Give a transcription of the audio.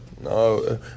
no